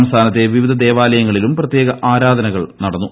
സംസ്ഥാനത്തെ വിവിധ ദേവാലയങ്ങളിലും പ്രത്യേക ആരാധനകൾ നടന്നു